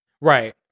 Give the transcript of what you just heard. Right